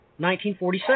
1947